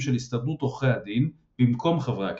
של הסתדרות עורכי הדין במקום חברי הכנסת.